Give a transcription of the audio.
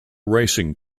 racing